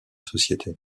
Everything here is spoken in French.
société